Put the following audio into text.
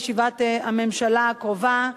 בישיבת הממשלה הקרובה,